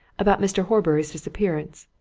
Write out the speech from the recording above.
about mr. horbury's disappearance?